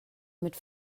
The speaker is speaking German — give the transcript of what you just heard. mit